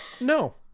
no